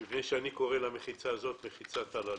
אני קורא למחיצה הזאת "מחיצת אלאלוף",